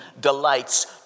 delights